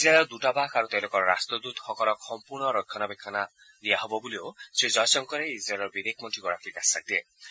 ইজৰাইলৰ দূতাবাস আৰু তেওঁলোকৰ ৰষ্ট্ৰদূতসকলক সম্পূৰ্ণ ৰক্ষণাবেক্ষণ দিয়া হ'ব বুলিও শ্ৰীজয়শংকৰে ইজৰাইলৰ বিদেশ মন্ত্ৰীগৰাকীক আশ্বাস দিয়ে